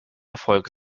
erfolg